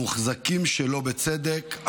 התשפ"ד 2024,